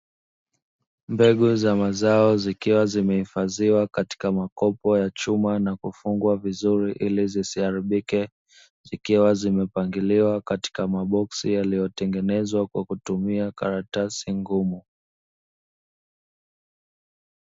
Mbegu za mazao zikiwa zimeifadhiwa katika makopo ya chuma na kufungwa vizuri ili zisiaribike, zikiwa zimepangiliwa katika maboksi yaliyo tengenezwa kwa kutumia karatasi ngumu.